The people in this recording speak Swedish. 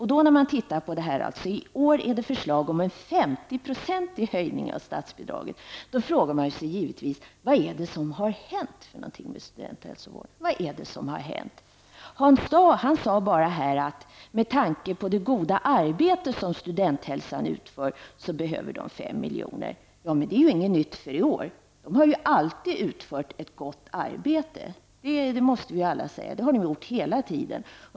I år läggs förslag om en 50-procentig höjning av statsbidraget. Då frågar man sig givetvis vad det är som har hänt med studenthälsovården. Hans Dau sade bara att studenthälsan med tanke på det goda arbete som utfördes behövde 5 miljoner. Men det är inget nytt för i år. De har alltid utfört ett gott arbete. Det måste vi alla säga. Det har de gjort hela tiden.